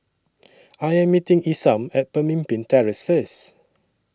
I Am meeting Isam At Pemimpin Terrace First